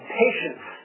patience